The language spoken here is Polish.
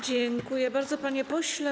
Dziękuję bardzo, panie pośle.